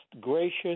gracious